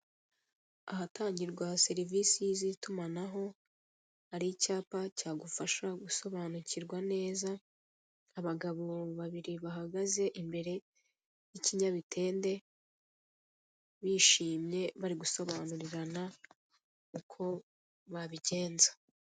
Ahatangirwa serivise z'itumanaho hari icyapa cyagufasha gusobanukirwa neza abagabo babiri, bahagaze imbere y'ikinyamitende bishimye bari gusobanurirana uko babigenza.